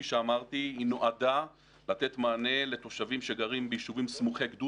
היא נועדה לתת מענה לתושבים שגרים ביישובים סמוכי גבול